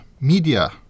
media